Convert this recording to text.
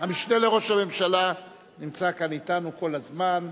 המשנה לראש הממשלה נמצא כאן אתנו כל הזמן.